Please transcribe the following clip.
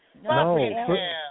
No